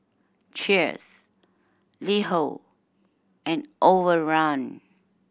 Cheers LiHo and Overrun